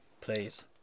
Please